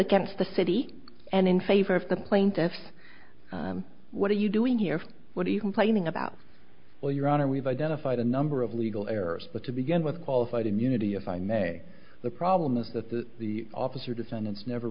against the city and in favor of the plaintiff what are you doing here what do you complaining about well your honor we've identified a number of legal errors but to begin with qualified immunity if i may the problem is that that the officer defendants never